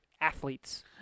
athletes